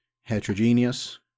heterogeneous